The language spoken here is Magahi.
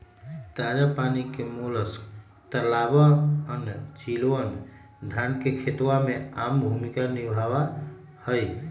ताजा पानी के मोलस्क तालाबअन, झीलवन, धान के खेतवा में आम भूमिका निभावा हई